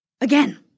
Again